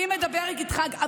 אני מדברת איתך.